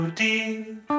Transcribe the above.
deep